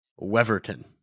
Weverton